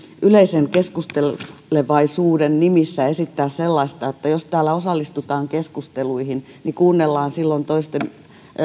yleisen keskustelevaisuuden nimissä esittää sellaista että jos täällä osallistutaan keskusteluihin niin kuunnellaan silloin toisten